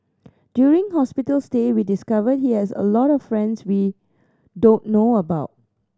during hospital stay we discovered he has a lot of friends we don't know about